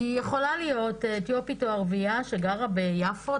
כי יכולה להיות אתיופית או ערביה שגרה ביפו,